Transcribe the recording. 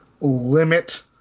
limit